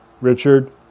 Richard